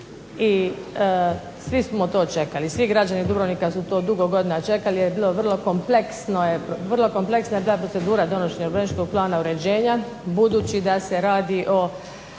i svi smo to čekali, svi građani Dubrovnika su to dugo godina čekali, jer je bilo vrlo kompleksno, vrlo kompleksna je ta procedura donošenja urbanističkog plana uređenja budući da se radi o